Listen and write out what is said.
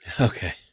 Okay